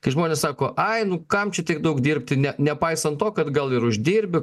kai žmonės sako ai nu kam čia tiek daug dirbti ne nepaisant to kad gal ir uždirbi